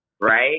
right